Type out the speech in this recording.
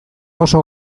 oso